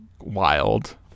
wild